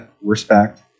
respect